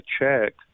check